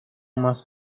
más